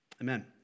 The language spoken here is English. Amen